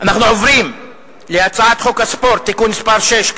אנו עוברים להצעת חוק הספורט (תיקון מס' 6),